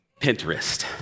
Pinterest